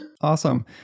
Awesome